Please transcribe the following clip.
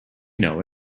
know